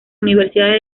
universidades